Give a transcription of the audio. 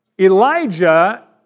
Elijah